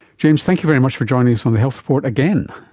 james, thank you very much for joining us on the health report again.